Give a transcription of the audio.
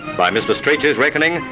by mr strachey's reckoning,